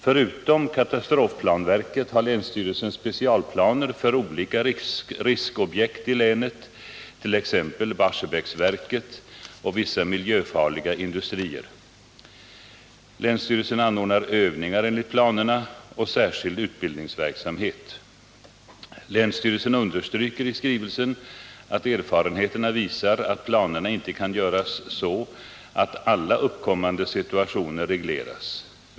Förutom katastrofplanverket har länsstyrelsen specialplaner för olika riskobjekt i länet, t.ex. Barsebäcksverket och vissa miljöfarliga industrier. Länsstyrelsen anordnar övningar enligt planerna och särskild utbildningsverksamhet. Länsstyrelsen understryker i skrivelsen att erfarenheterna visar att planerna inte kan göras så att alla uppkommande situationer regleras.